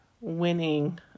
winning